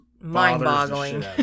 mind-boggling